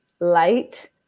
light